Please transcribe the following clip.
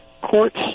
courts